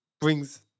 brings